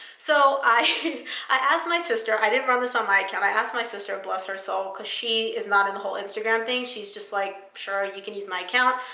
so i i asked my sister. i didn't run this on my account. i asked my sister, bless her soul, because she is not in the whole instagram thing. she's just like, sure, you can use my account.